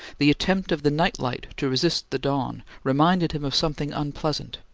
the attempt of the night-light to resist the dawn reminded him of something unpleasant,